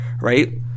Right